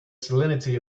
salinity